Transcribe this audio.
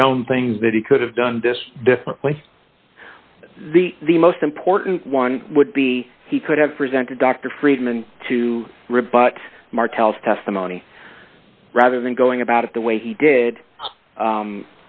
shown things that he could have done this differently the the most important one would be he could have presented dr friedman to rebut martell's testimony rather than going about it the way he did